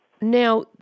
Now